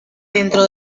dentro